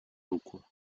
руку